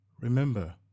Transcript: Remember